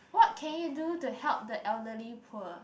what can you do to help the elderly poor